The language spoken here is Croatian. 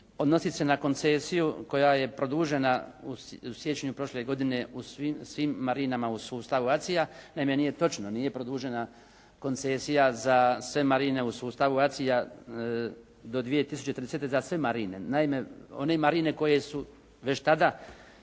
odnosi se na koncesiju koja je produžena u siječnju prošle godine u svim marinama u sustavu ACI-a. Naime, nije točno. Nije produžena koncesija za sve marine u sustavu ACI-a, do 2030. za sve marine. Naime, one marine koje su već tada